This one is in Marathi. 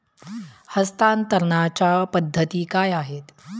हस्तांतरणाच्या पद्धती काय आहेत?